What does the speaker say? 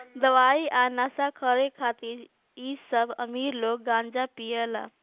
दवाई आ नशा खातिर इ सब अमीर लोग गांजा पियेला